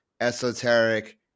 esoteric